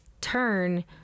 turn